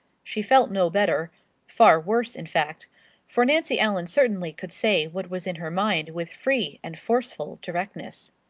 she felt no better far worse, in fact for nancy ellen certainly could say what was in her mind with free and forceful directness.